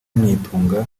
nitunga